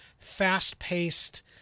fast-paced